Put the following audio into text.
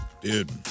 Dude